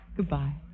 Goodbye